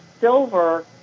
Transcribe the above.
silver